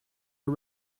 are